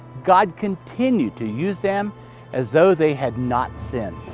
god continued to use them as though they had not sinned.